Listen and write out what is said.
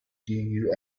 you